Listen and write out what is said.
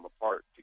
apart